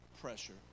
pressure